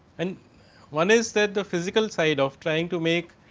and one is said the physical side of trying to make,